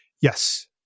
Yes